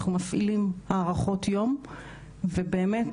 אנחנו מפעילים הארכות יום ובאמת,